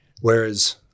Whereas